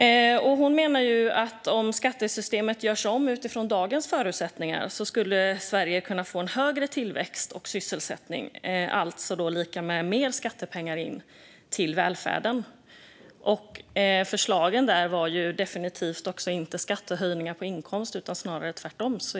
Åsa Hansson menar att om skattesystemet gjordes om utifrån dagens förutsättningar skulle Sverige kunna få en högre tillväxt och sysselsättning - alltså mer skattepengar in till välfärden. Förslagen var definitivt inte skattehöjningar på inkomst, utan snarare tvärtom.